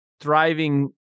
thriving